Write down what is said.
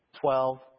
Twelve